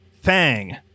Fang